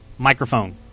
Microphone